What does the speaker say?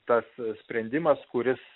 tas sprendimas kuris